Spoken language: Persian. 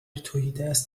تهیدست